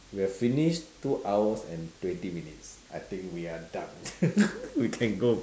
we have finished two hours and twenty minutes I think we are done we can go